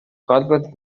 قلبت